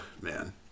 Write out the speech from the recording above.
man